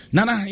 Nana